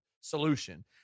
solution